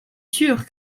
sûr